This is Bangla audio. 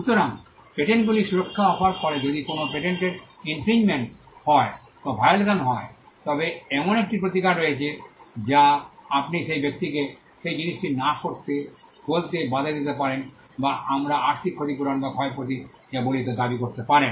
সুতরাং পেটেন্টগুলি সুরক্ষা অফার করে যদি কোনও পেটেন্টের ইনফ্রিঞ্জমেন্ট হয় বা ভায়োলেশন হয় তবে এমন একটি প্রতিকার রয়েছে যা আপনি সেই ব্যক্তিকে সেই জিনিসটি না করতে বলতে বাধা দিতে পারেন বা আমরা আর্থিক ক্ষতিপূরণ বা ক্ষয়ক্ষতি যা বলি তা দাবি করতে পারেন